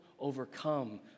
Overcome